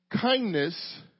Kindness